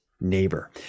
neighbor